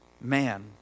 man